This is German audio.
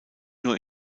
nur